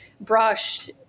Brushed